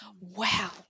wow